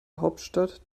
hauptstadt